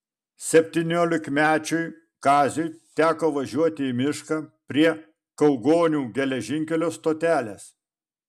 septyniolikmečiui kaziui teko važiuoti į mišką prie kaugonių geležinkelio stotelės